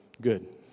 good